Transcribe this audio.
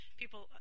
people